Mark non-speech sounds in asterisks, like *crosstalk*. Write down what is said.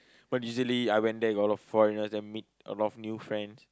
*breath* but usually I went there got a lot of foreigners then meet a lot of new friends